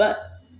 ब॒